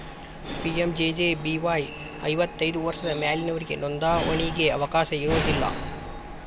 PMJJBY ಐವತ್ತೈದು ವರ್ಷದ ಮ್ಯಾಲಿನೊರಿಗೆ ನೋಂದಾವಣಿಗಿ ಅವಕಾಶ ಇರೋದಿಲ್ಲ